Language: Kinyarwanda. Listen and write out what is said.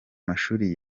mashuri